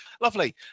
lovely